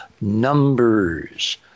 numbers